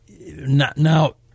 Now